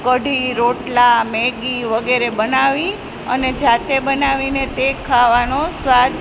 કઢી રોટલા મેગી વગેરે બનાવી અને જાતે બનાવીને તે ખાવાનો સ્વાદ